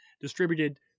distributed